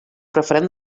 preferent